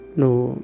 no